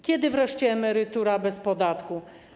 Kiedy wreszcie emerytura bez podatku?